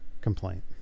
complaint